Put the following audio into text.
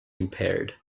impaired